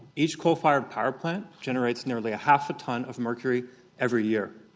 each coal-fired power plant generates nearly half a tonne of mercury every year.